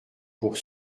pour